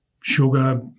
sugar